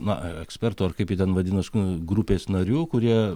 na ekspertų ar kaip jie ten vadinasi grupės nariu kurie